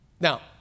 Now